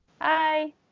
Hi